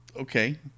Okay